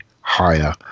higher